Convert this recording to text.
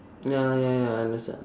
ya ya ya understand